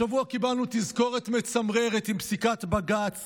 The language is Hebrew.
השבוע קיבלנו תזכורת מצמררת עם פסיקת בג"ץ